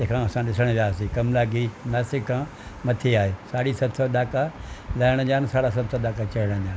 तहिंखां असां ॾिसणु वियासीं कमलागिरी नासिक खां मथे आहे साढी सत सौ ॾाका लहण जा आहिनि साढा सत ॾाका चढ़ण जा आहिनि